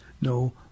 no